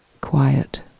Quiet